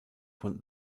von